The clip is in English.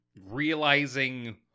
realizing